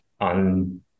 on